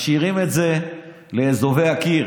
משאירים את זה לאזובי הקיר,